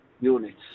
units